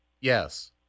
Yes